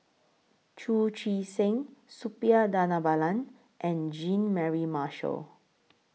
Chu Chee Seng Suppiah Dhanabalan and Jean Mary Marshall